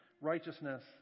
righteousness